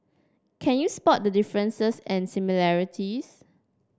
can you spot the differences and similarities